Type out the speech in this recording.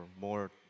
more